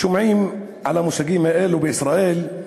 שומעים על המושגים האלו בישראל: